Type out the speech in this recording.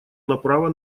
направо